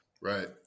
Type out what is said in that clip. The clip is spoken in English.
right